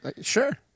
Sure